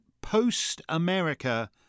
post-America